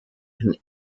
and